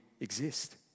exist